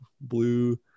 Blue